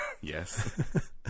Yes